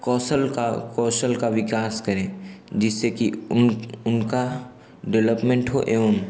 कौशल का कौशल का विकास करें जिससे कि उन उनका डेवलपमेन्ट हो एवं